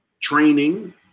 training